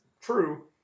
true